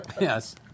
Yes